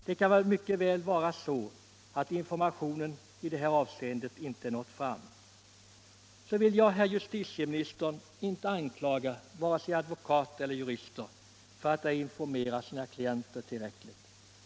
Det kan mycket väl vara så att informationen i det här avseendet inte nått fram, så jag vill, herr justitieminister, inte anklaga vare sig advokater eller andra jurister för att ej informera sina klienter tillräckligt.